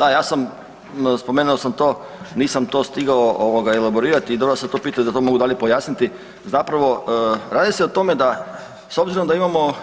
Da, ja sam spomenuo to, nisam to stigao elaborirati i dobro ste … da li mogu pojasniti, zapravo radi se o tome s obzirom da imamo